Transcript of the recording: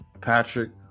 patrick